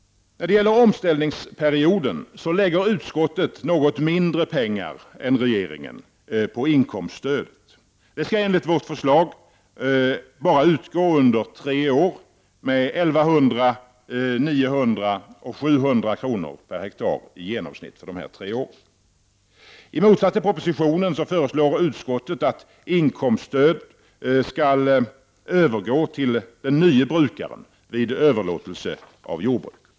När det gäller omställningsperioden lägger utskottet något mindre pengar än regeringen på inkomststöd. Det skall enligt vårt förslag endast utgå under tre år med 1 100, 900 och 700 kr./ha i genomsnitt för dessa tre år. I motsats till propositionen föreslår utskottet att inkomststöd skall övergå till den nye brukaren vid överlåtelse av jordbruk.